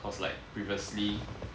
cause like previously